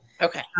Okay